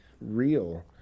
real